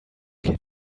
kid